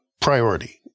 priority